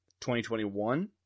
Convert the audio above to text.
2021